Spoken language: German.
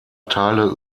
teile